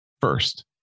first